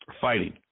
fighting